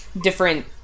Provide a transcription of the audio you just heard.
different